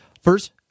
First